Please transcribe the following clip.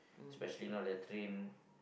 specially now the train